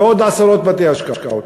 ועוד עשרות בתי-השקעות.